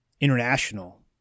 international